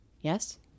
Yes